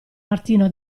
martino